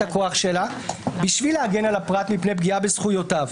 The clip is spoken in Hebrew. הכוח שלה בשביל להגן על הפרט מפני פגיעה בזכויותיו.